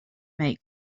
make